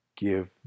give